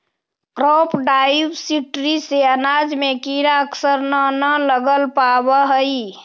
crop diversity से अनाज में कीड़ा अक्सर न न लग पावऽ हइ